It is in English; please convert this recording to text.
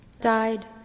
Died